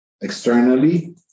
externally